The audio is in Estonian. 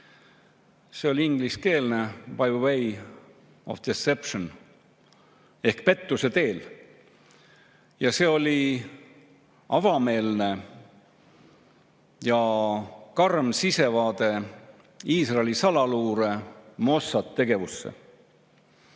See on ingliskeelne: "By Way of Deception"ehk "Pettuse teel". See oli avameelne ja karm sissevaade Iisraeli salaluure Mossadi tegevusse.